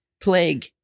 plague